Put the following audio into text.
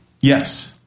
Yes